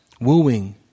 wooing